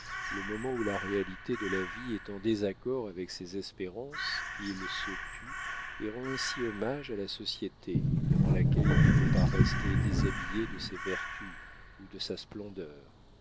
le moment où la réalité de la vie est en désaccord avec ses espérances il se tue et rend ainsi hommage à la société devant laquelle il ne veut pas rester déshabillé de ses vertus ou de sa splendeur